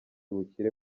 ubukire